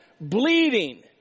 bleeding